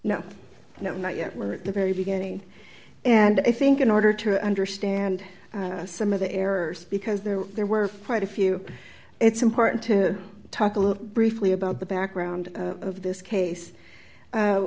no no not yet we're at the very beginning and i think in order to understand some of the errors because there were there were quite a few it's important to talk a little briefly about the background of this case